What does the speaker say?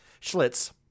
Schlitz